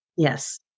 Yes